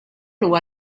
huwa